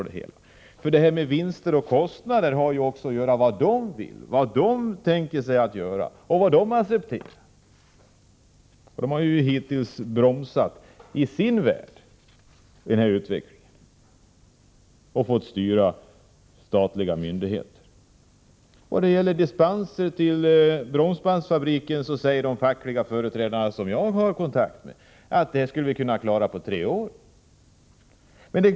Det här med vinster och kostnader har ju också att göra med vad de tänker göra och vad de accepterar. Hittills har de ju bromsat utvecklingen i sin värld och fått styra statliga myndigheter. Vad gäller dispenser till bromsbandsfabriker säger de fackliga företrädare som jag har kontakt med: Det här skulle vi kunna klara på tre år.